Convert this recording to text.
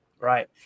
Right